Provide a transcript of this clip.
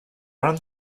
run